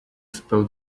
spell